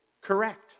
correct